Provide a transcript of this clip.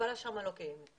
ההסברה שם לא קיימת.